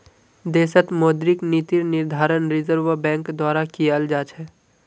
देशत मौद्रिक नीतिर निर्धारण रिज़र्व बैंक द्वारा कियाल जा छ